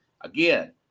again